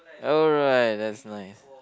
alright that's nice